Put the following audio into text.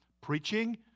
Preaching